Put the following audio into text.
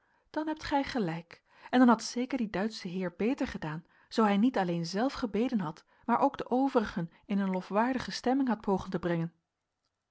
dan hebt gij gelijk en dan had zeker die duitsche heer beter gedaan zoo hij niet alleen zelf gebeden had maar ook de overigen in een lofwaardige stemming had pogen te brengen